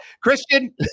Christian